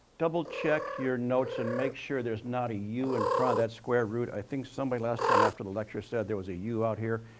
double check your notes and make sure there's not a u in front of that square root. i think somebody last time after the lecture said there was a u out here.